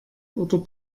oder